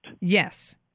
Yes